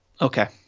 Okay